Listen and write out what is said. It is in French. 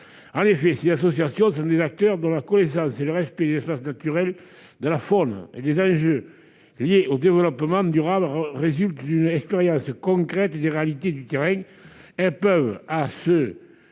En effet, ces associations sont des acteurs dont la connaissance et le respect des espaces naturels, de la faune et des enjeux liés au développement durable résultent d'une expérience concrète des réalités du terrain. À ce titre, elles